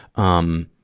um,